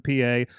PA